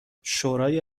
شورای